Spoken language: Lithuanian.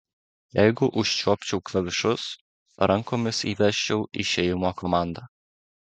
jeigu užčiuopčiau klavišus rankomis įvesčiau išėjimo komandą